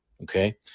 Okay